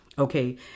Okay